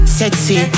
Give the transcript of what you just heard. sexy